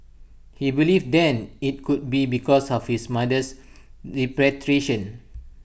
he believed then IT could be because of his mother's repatriation